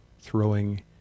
throwing